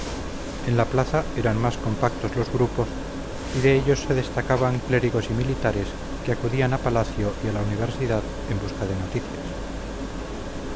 en la plaza eran más compactos los grupos y de ellos se destacaban clérigos y militares que acudían a palacio y a la universidad en busca de noticias